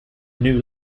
new